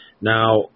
Now